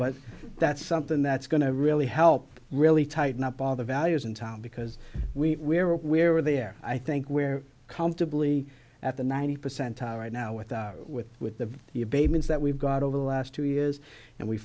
but that's something that's going to really help really tighten up all the values in town because we are aware are there i think where comfortably at the ninety percentile right now with our with with the the abatements that we've got over the last two years and we